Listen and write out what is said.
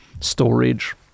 storage